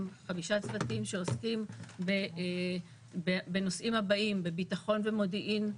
שעוסקים בנושאים הבאים: בביטחון במודיעין,